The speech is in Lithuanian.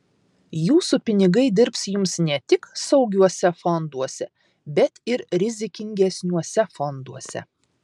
jūsų pinigai dirbs jums ne tik saugiuose fonduose bet ir rizikingesniuose fonduose